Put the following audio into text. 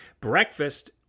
breakfast